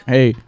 Hey